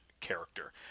character